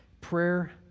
Prayer